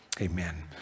amen